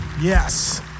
yes